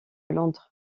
londres